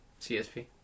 CSP